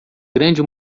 grande